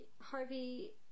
Harvey